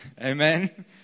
Amen